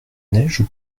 neige